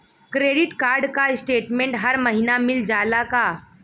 Credit card क statement हर महिना मिल जाला का?